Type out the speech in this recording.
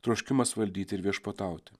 troškimas valdyti ir viešpatauti